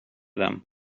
them